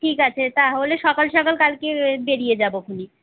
ঠিক আছে তাহলে সকাল সকাল কালকে বেরিয়ে যাবো খুনি